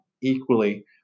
equally